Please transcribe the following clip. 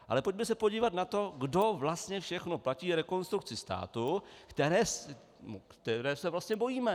Ale pojďme se podívat na to, kdo vlastně všechno platí Rekonstrukci státu, které se vlastně bojíme.